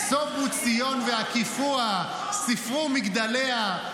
"סֹבו ציון והקיפוה ספרו מגדליה".